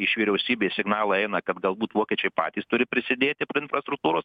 iš vyriausybės signalai eina kad galbūt vokiečiai patys turi prisidėti prie infrastruktūros